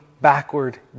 backward